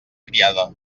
criada